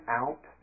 out